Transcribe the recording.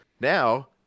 Now